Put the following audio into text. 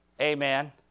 Amen